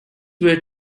were